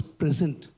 present